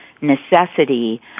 necessity